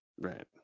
Right